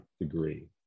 degree